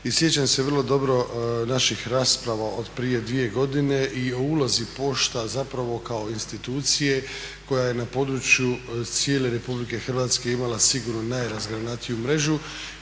i sjećam se vrlo dobro naših rasprava od prije dvije godine i o ulozi pošta zapravo kao institucije koja je na području cijele Republike Hrvatske imala sigurno najrazgranatiju mrežu